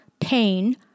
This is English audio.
pain